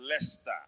Leicester